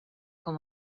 com